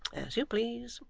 as you please,